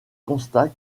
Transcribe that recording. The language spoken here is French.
constate